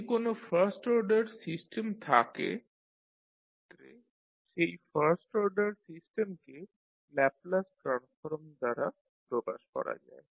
যদি কোনো first order system থাকে সেক্ষেত্রে সেই ফার্স্ট অর্ডার সিস্টেমকে ল্যাপলাস ট্রান্সফর্ম দ্বারা প্রকাশ করা যায়